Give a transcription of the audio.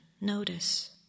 Notice